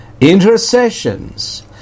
intercessions